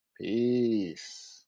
Peace